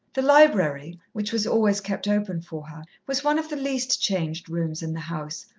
the library, which was always kept open for her, was one of the least changed rooms in the house,